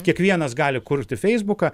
kiekvienas gali kurti feisbuką